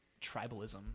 tribalism